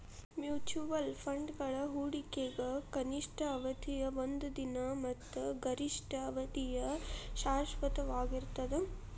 mutual ಫಂಡ್ಗಳ ಹೂಡಿಕೆಗ ಕನಿಷ್ಠ ಅವಧಿಯ ಒಂದ ದಿನ ಮತ್ತ ಗರಿಷ್ಠ ಅವಧಿಯ ಶಾಶ್ವತವಾಗಿರ್ತದ